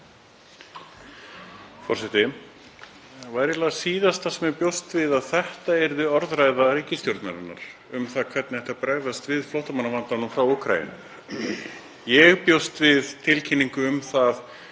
var eiginlega það síðasta sem ég bjóst við að þetta yrði orðræða ríkisstjórnarinnar um það hvernig ætti að bregðast við flóttamannavandanum frá Úkraínu. Ég bjóst við tilkynningu um það